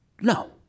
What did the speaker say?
No